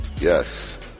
Yes